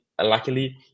luckily